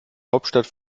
hauptstadt